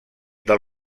del